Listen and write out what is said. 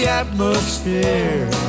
atmosphere